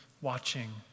watching